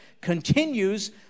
continues